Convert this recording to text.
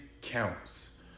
counts